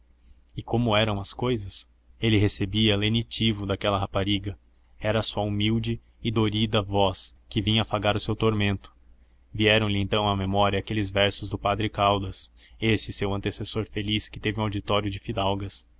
e como eram as cousas ele recebia lenitivo daquela rapariga era a sua humilde e dorida voz que vinha afagar o seu tormento vieram-lhe então à memória aqueles versos do padre caldas esse seu antecessor feliz que teve um auditório de fidalgas